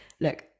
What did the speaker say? look